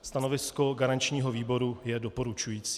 Stanovisko garančního výboru je doporučující.